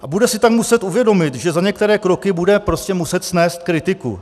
A bude si tam muset uvědomit, že za některé kroky bude prostě muset snést kritiku.